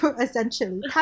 essentially